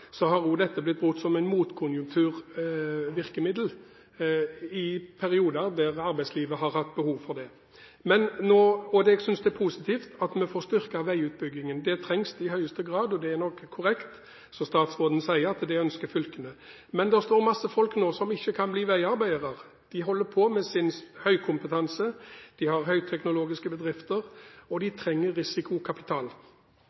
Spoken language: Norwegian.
perioder der arbeidslivet har hatt behov for det. Og jeg synes det er positivt at vi får styrket veiutbyggingen. Det trengs i høyeste grad, og det er nok korrekt som statsråden sier, at fylkene ønsker det. Det står masse folk nå som ikke kan bli veiarbeidere. De holder på med sin